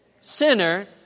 sinner